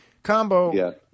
Combo